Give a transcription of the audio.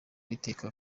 iteka